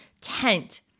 tent